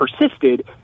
persisted